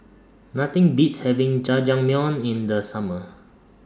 Nothing Beats having Jajangmyeon in The Summer